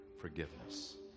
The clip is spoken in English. forgiveness